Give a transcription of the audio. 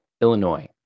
Illinois